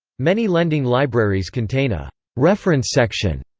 many lending libraries contain a reference section,